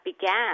began